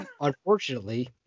unfortunately